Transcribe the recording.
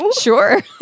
Sure